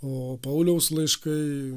o pauliaus laiškai